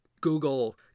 Google